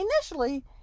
initially